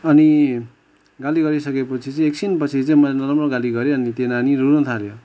अनि गाली गरिसकेपछि चाहिँ एकछिन पछि चाहिँ मैले नराम्रो गाली गरेँ अनि त्यो नानी रुनु थाल्यो